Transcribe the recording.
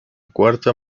cuarta